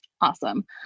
awesome